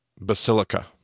Basilica